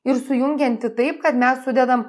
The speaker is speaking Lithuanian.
ir sujungianti taip kad mes sudedam